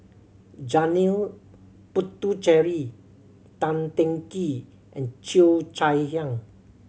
Janil Puthucheary Tan Teng Kee and Cheo Chai Hiang